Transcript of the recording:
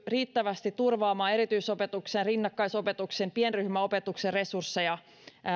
riittävästi turvaamaan erityisopetuksen rinnakkaisopetuksen ja pienryhmäopetuksen resursseja